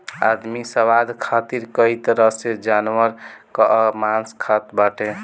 आदमी स्वाद खातिर कई तरह के जानवर कअ मांस खात बाटे